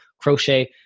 crochet